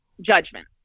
judgment